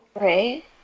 Right